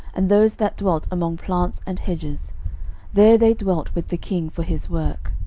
and those that dwelt among plants and hedges there they dwelt with the king for his work.